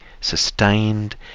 sustained